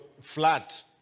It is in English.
flat